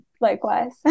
Likewise